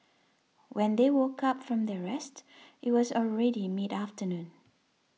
when they woke up from their rest it was already mid afternoon